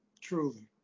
Truly